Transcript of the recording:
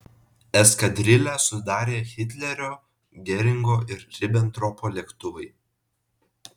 eskadrilę sudarė hitlerio geringo ir ribentropo lėktuvai